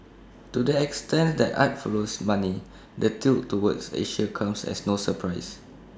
to the extent that art follows money the tilt towards Asia comes as no surprise